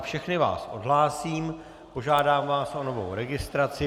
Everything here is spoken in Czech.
Všechny vás odhlásím, požádám vás o novou registraci.